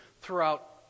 throughout